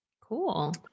Cool